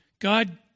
God